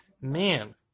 man